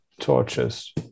torches